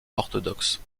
orthodoxe